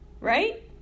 Right